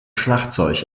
schlagzeug